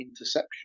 interception